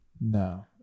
No